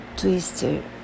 Twister